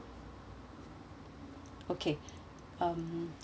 okay um